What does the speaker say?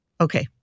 Okay